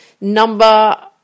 Number